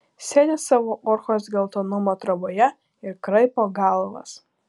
sėdi savo ochros geltonumo troboje ir kraipo galvas